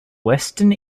western